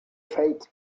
fate